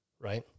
right